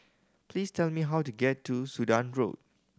please tell me how to get to Sudan Road